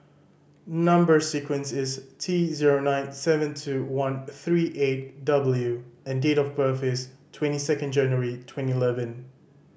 number sequence is T zero nine seven two one three eight W and date of birth is twenty second January twenty eleven